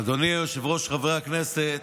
אדוני היושב-ראש, חברי הכנסת,